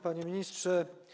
Panie Ministrze!